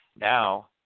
now